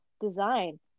design